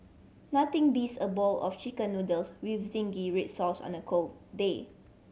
nothing beats a bowl of Chicken Noodles with zingy red sauce on a cold day